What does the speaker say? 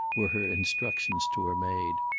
were her instructions to her maid,